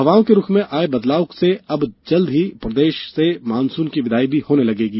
हवाओं के रुख में आये बदलाव से अब जल्दी ही प्रदेश से मानसून की विदाई भी होने लगेगी